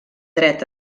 dret